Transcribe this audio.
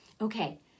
Okay